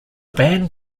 band